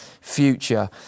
future